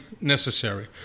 necessary